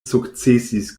sukcesis